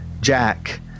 jack